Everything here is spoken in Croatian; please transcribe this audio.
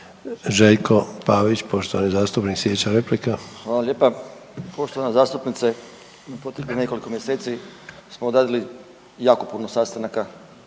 Željko Pavić, poštovani zastupnik slijedeća replika. **Pavić, Željko (SDP)** Hvala lijepa. Poštovana zastupnice, u posljednjih nekoliko mjeseci smo odradili jako puno sastanaka,